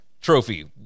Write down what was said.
Trophy